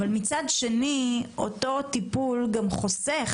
מצד שני, אותו טיפול חוסך.